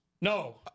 No